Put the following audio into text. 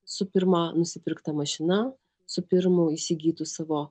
su pirma nusipirkta mašina su pirmu įsigytu savo